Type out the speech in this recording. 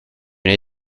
n’ai